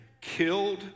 killed